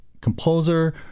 composer